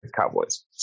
Cowboys